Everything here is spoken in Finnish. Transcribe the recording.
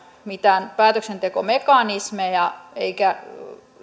mitään päätöksentekomekanismeja eikä